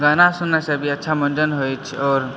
गाना सुनयसँ भी अच्छा मनोरञ्जन होइत अछि आओर